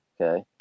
Okay